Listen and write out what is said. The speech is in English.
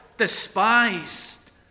Despised